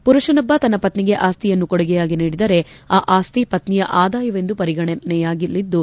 ಪುರುಷನೊಬ್ಲ ತನ್ನ ಪತ್ನಿಗೆ ಆಸ್ತಿಯನ್ನು ಕೊಡುಗೆಯಾಗಿ ನೀಡಿದರೆ ಆ ಆಸ್ತಿ ಪತ್ನಿಯ ಆದಾಯವೆಂದು ಪರಿಗಣನೆಯಾಗಲಿದ್ದು